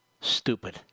Stupid